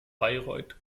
bayreuth